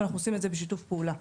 ואנחנו עושים את זה בשיתוף פעולה.